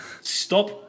Stop